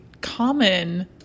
common